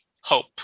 hope